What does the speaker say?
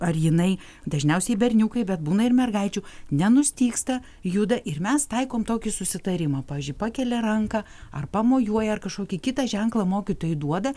ar jinai dažniausiai berniukai bet būna ir mergaičių nenustygsta juda ir mes taikom tokį susitarimą pavyzdžiui pakelia ranką ar pamojuoja ar kažkokį kitą ženklą mokytojui duoda